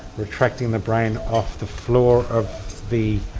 retracting the brain off the floor of the